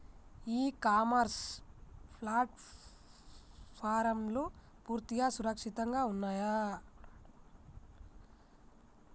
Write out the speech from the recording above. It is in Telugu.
ఇ కామర్స్ ప్లాట్ఫారమ్లు పూర్తిగా సురక్షితంగా ఉన్నయా?